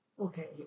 Okay